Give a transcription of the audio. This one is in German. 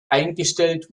eingestellt